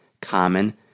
common